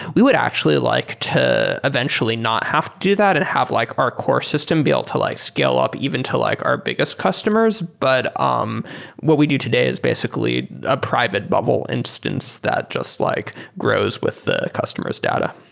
we would actually like to eventually not have to do that and have like our core system be able to like scale up even to like our biggest customers. but um what we do today is basically a private bubble instance that just like grows with the customer s data.